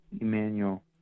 Emmanuel